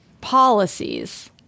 policies